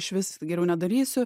išvis geriau nedarysiu